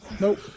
nope